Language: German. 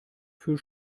für